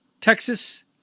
Texas